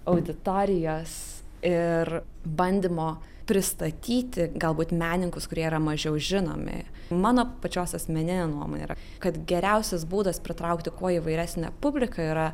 auditorijos ir bandymo pristatyti galbūt menininkus kurie yra mažiau žinomi mano pačios asmeninė nuomonė yra kad geriausias būdas pritraukti kuo įvairesnę publiką yra